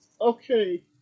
okay